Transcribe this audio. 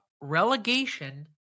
relegation